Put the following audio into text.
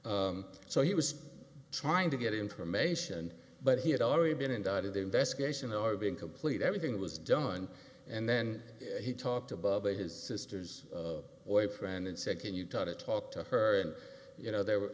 so he was trying to get information but he had already been indicted the investigation are being complete everything was done and then he talked to bubba his sister's boyfriend in second utah to talk to her and you know there were